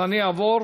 אני אעבור